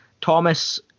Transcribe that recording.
Thomas